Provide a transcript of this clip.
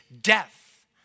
death